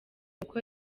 uko